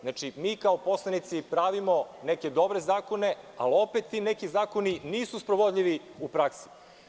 Znači, mi kao poslanici pravimo neke dobre zakone, ali opet ti neki zakoni nisu sprovodljivi u praksi.